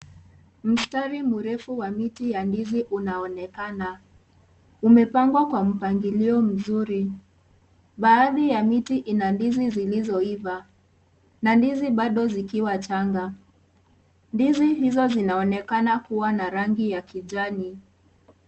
Mstari mrefu wa miti ya ndizi unaonekana umepangwa kwa mpanglio mzuri. Baadhi ya miti ina ndizi zilizoiva na ndizi bado zikiwa changa. Ndizi hizo zinaonekana kuwa na rangi ya kijani.